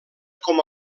com